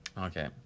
Okay